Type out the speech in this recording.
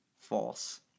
false